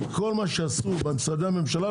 מכל מה שעשו במשרדי הממשלה,